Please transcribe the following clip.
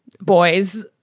boys